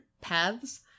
paths